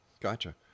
Gotcha